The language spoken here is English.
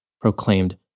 proclaimed